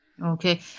Okay